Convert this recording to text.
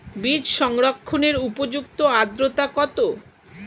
বীজ সংরক্ষণের উপযুক্ত আদ্রতা কত?